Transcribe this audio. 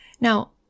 Now